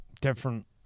different